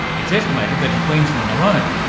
it's estimated that in queensland alone,